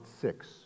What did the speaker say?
six